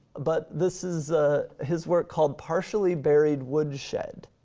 but this is ah his work called partially buried woodshed.